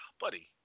Buddy